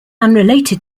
unrelated